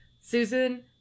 Susan